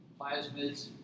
plasmids